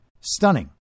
Stunning